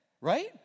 right